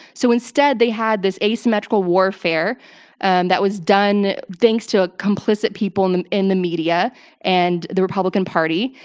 so instead they had this asymmetrical warfare and that was done thanks to complicit people in the in the media and the republican party,